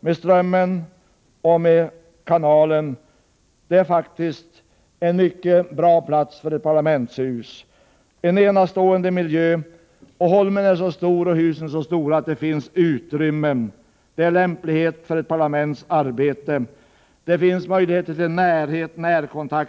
med Strömmen och kanalen alldeles intill. Det är faktiskt en mycket bra plats för ett parlamentshus. Miljön är enastående. Holmen är så stor och husen är så stora att det finns utrymmen. Byggnaderna lämpar sig för ett parlaments arbete. Det finns möjligheter till närhet, till närkontakt.